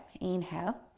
Inhale